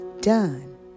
done